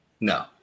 No